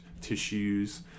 tissues